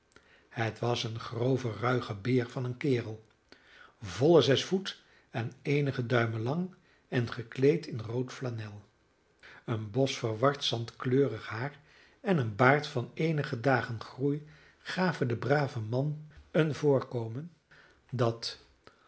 het was een grove ruige beer van een kerel volle zes voet en eenige duimen lang en gekleed in rood flanel een bos verward zandkleurig haar en een baard van eenige dagen groei gaven den braven man een voorkomen dat